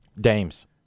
Dames